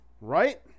right